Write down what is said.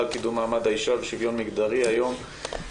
לקידום מעמד האישה ולשוויון מגדרי בנושא